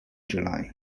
july